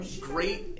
great